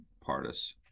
Partis